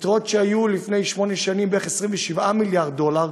יתרות שהיו לפני שמונה שנים בערך 27 מיליארד דולר,